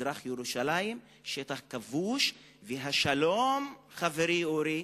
מזרח-ירושלים שטח כבוש, והשלום, חברי אורי,